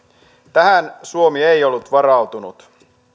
tähän suomi ei ollut varautunut